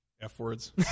F-words